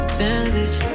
damage